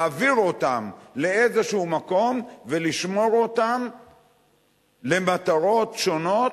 להעביר אותן לאיזה מקום ולשמור אותן למטרות שונות,